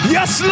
Yes